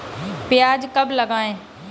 प्याज कब लगाएँ?